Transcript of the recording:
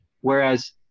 whereas